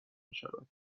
میشود